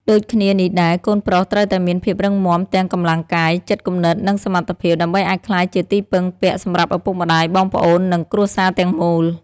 ដូចគ្នានេះដែរ កូនប្រុសត្រូវតែមានភាពរឹងមាំទាំងកម្លាំងកាយ ចិត្តគំនិត និងសមត្ថភាព ដើម្បីអាចក្លាយជាទីពឹងពាក់សម្រាប់ឪពុកម្ដាយ បងប្អូន និងគ្រួសារទាំងមូល។